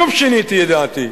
שוב שיניתי את דעתי,